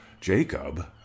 Jacob